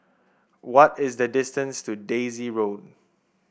what is the distance to Daisy Road